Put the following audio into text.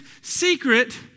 secret